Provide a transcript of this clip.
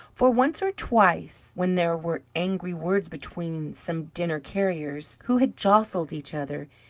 for once or twice when there were angry words between some dinner-carriers who had jostled each other,